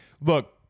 look